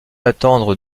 attendre